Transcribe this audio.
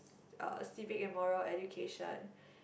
uh civic and moral education